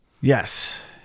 Yes